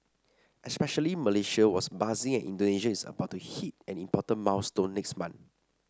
especially Malaysia was buzzing and Indonesia is about to hit an important milestone next month